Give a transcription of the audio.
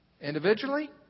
individually